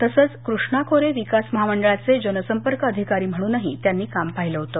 तसंच कृष्णा खोरे विकास महामंडळाचे जनसंपर्क अधिकारी म्हणूनही त्यांनी काम केलं होतं